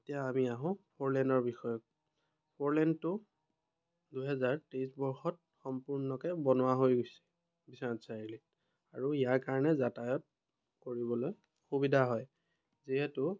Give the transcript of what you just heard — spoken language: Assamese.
এতিয়া আমি আহোঁ ফ'ৰলেনৰ বিষয়ে ফ'ৰলেনটো দুহেজাৰ তেইছ বৰ্ষত সম্পূৰ্ণকৈ বনোৱা হৈ গৈছে বিশ্বনাথ চাৰিআলিত আৰু ইয়াৰ কাৰণে যাতায়ত কৰিবলৈ সুবিধা হয় যিহেতু